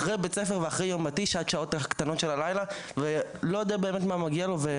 אחרי בית הספר ועד השעות הקטנות של הלילה ולא יודע באמת מה מגיע לו.